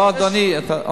לא, אדוני.